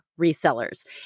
resellers